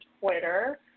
twitter